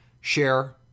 share